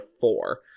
four